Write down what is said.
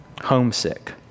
Homesick